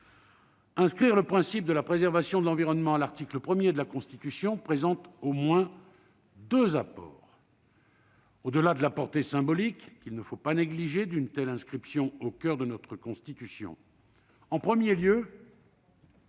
inscrire le principe de la préservation de l'environnement à l'article 1 de la Constitution présente au moins deux apports, au-delà de la portée symbolique, qu'il ne faut pas négliger, d'une telle inscription au coeur de notre Constitution. En premier lieu,